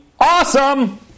awesome